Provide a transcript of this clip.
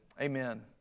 Amen